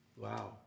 Wow